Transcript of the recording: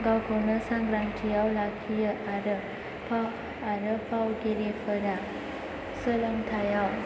गावखौनो सांग्रांथियाव लाखियो आरो फावगिरिफोरा सोलोंथायाव